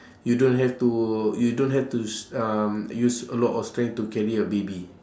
you don't have to you don't have to s~ um use a lot of strength to carry a baby